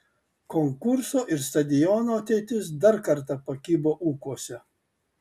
konkurso ir stadiono ateitis dar kartą pakibo ūkuose